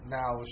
now